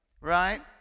right